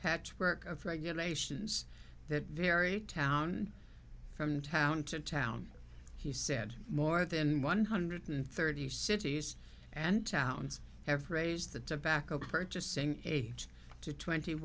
patchwork of regulations that very town from town to town he said more than one hundred thirty cities and towns have raised the tobacco purchasing age to twenty